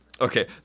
okay